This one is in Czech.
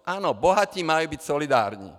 Ano, bohatí mají být solidární.